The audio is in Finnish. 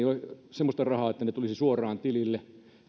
semmoista rahaa että ne tulisivat suoraan tilille